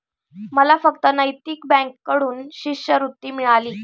मला फक्त नैतिक बँकेकडून शिष्यवृत्ती मिळाली